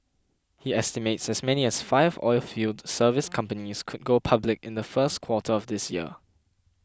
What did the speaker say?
he estimates as many as five oilfield service companies could go public in the first quarter of this year